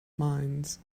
minds